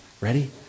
ready